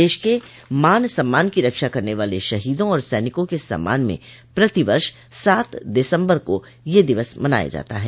देश के मान सम्मान की रक्षा करने वाले शहीदों और सैनिकों के सम्मान में प्रतिवर्ष सात दिसम्बर को यह दिवस मनाया जाता है